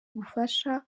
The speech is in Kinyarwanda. bufasha